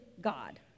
God